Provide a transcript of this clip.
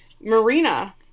Marina